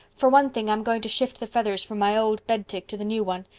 for one thing, i'm going to shift the feathers from my old bedtick to the new one.